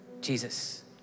Jesus